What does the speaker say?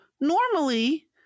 normally